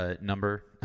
number